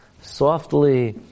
Softly